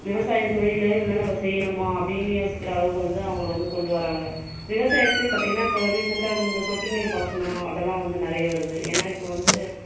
விவசாயம் தொழிலே இன்னும் நம்ம செய்யனுமா அப்படின்னு யோசிக்கின்ற அளவுக்கு வந்து அவங்களை வந்து கொண்டு வராங்க விவசாயதுலே பார்த்தீங்கன்னா இப்போ ரீசண்ட்டாக வந்து சொட்டு நீர் பாசனம் அதெலாம் வந்து நிறைய வருது ஏன்னால் இப்போ வந்து